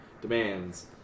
demands